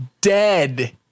dead